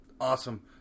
awesome